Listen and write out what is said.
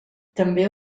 també